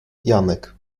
janek